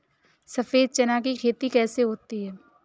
सफेद चना की खेती कैसे होती है?